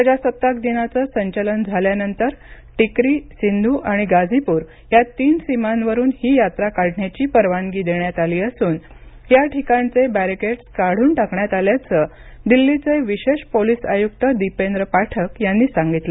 प्रजासत्ताक दिनाचं संचलन झाल्यानंतर टिकरी सिंघू आणि गाझीपुर या तीन सीमांवरून ही यात्रा काढण्याची परवानगी देण्यात आली असून या ठिकाणचे बॅरीकेडस काढून टाकण्यात आल्याचं दिल्लीचे विशेष पोलीस आयुक्त दीपेंद्र पाठक यांनी सांगितलं